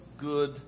good